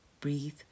breathe